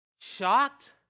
shocked